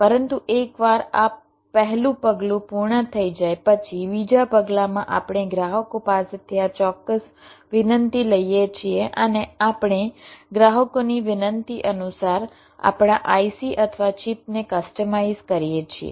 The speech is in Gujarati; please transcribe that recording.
પરંતુ એકવાર આ પહેલું પગલું પૂર્ણ થઈ જાય પછી બીજા પગલાંમાં આપણે ગ્રાહકો પાસેથી આ ચોક્કસ વિનંતી લઈએ છીએ અને આપણે ગ્રાહકોની વિનંતી અનુસાર આપણા IC અથવા ચિપને કસ્ટમાઇઝ કરીએ છીએ